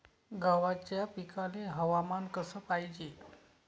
गव्हाच्या पिकाले हवामान कस पायजे?